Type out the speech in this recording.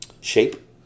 shape